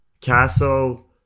castle